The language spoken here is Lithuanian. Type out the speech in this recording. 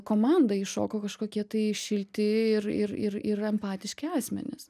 komandą įšoko kažkokie tai šilti ir ir ir ir empatiški asmenys